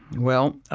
well,